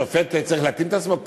שופט צריך להתאים את עצמו?